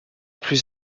plus